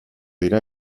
dira